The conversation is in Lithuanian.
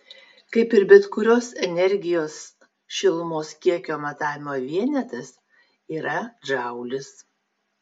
kaip ir bet kurios energijos šilumos kiekio matavimo vienetas yra džaulis